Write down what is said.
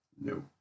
No